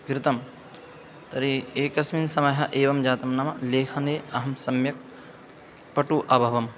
कृतं तर्हि एकस्मिन् समयः एवं जातं नाम लेखने अहं सम्यक् पटु अभवम्